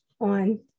on